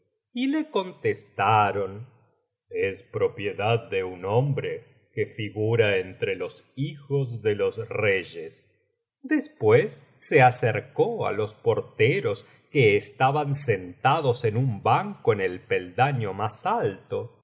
y le contestaron es propiedad de un hombre que figura entre los hijos de los reyes después se acercó á los porteros que estaban sentados en un banco en el peldaño más alto y